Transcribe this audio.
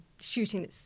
shooting